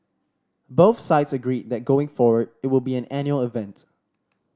both sides agreed that going forward it would be an annual event